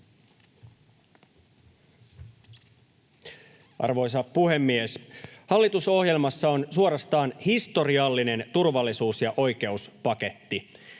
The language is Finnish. Arvoisa puhemies! Hallitusohjelmassa on suorastaan historiallinen turvallisuus- ja oikeuspaketti: